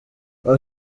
aho